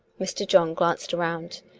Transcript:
mr. john glanced round.